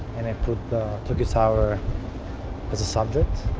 and i put the tokyo tower as a subject.